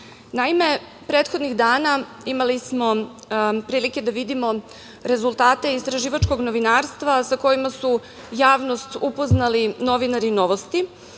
prethodnih dana imali smo prilike da vidimo rezultate istraživačkog novinarstva sa kojima su javnost upoznali novinari „Novosti“